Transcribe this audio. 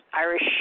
Irish